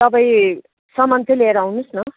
तपाईँ सामान चाहिँ लिएर आउनुहोस् न